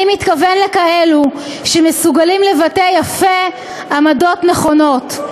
אני מתכוון לכאלו שמסוגלים לבטא יפה עמדות נכונות.